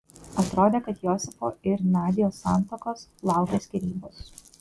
atrodė kad josifo ir nadios santuokos laukia skyrybos